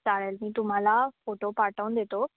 चालेल मी तुम्हाला फोटो पाठवून देतो